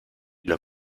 los